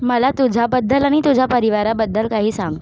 मला तुझाबद्दल आणि तुझ्या परिवाराबद्दल काही सांग